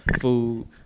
food